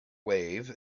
wave